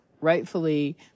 rightfully